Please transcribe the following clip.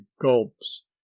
gulps